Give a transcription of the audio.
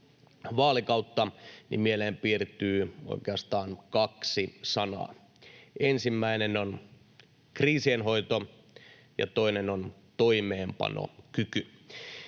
vaalikautta — niin mieleen piirtyy oikeastaan kaksi sanaa. Ensimmäinen on kriisienhoito ja toinen on toimeenpanokyky.